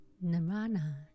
nirvana